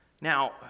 Now